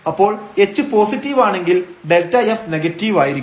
അപ്പോൾ h positive ആണെങ്കിൽ Δf negative ആയിരിക്കും